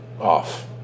off